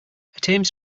tame